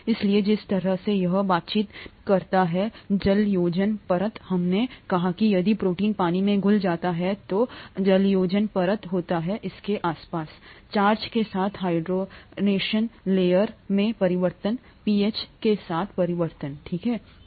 इसलिए जिस तरह से यह बातचीत करता है जलयोजन परतहमने कहा कि यदि प्रोटीन पानी में घुल जाता है तो जलयोजन परत होती है इसके आसपासचार्ज के साथ हाइड्रेशन लेयर में परिवर्तन पीएच के साथ परिवर्तन ठीक है